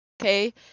okay